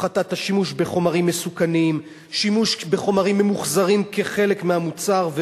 הפחתת השימוש בחומרים מסוכנים ושימוש בחומרים ממוחזרים כחלק מהמוצר.